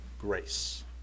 Grace